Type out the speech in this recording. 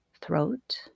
throat